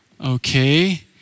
Okay